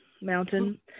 mountain